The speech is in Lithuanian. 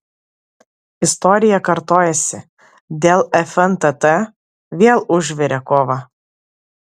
istorija kartojasi dėl fntt vėl užvirė kova